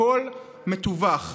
הכול מטווח.